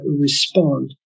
respond